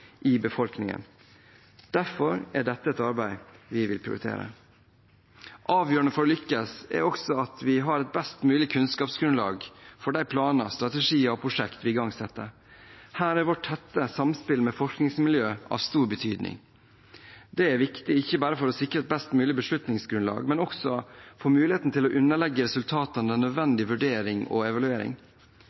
i befolkningen. Derfor er dette et arbeid vi vil prioritere. Avgjørende for å lykkes er også at vi har et best mulig kunnskapsgrunnlag for de planer, strategier og prosjekter vi igangsetter. Her er vårt tette samspill med forskningsmiljøene av stor betydning. Dette er viktig ikke bare for å sikre et best mulig beslutningsgrunnlag, men også for muligheten til å underlegge resultatene den nødvendige vurdering og evaluering.